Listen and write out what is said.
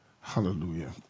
Hallelujah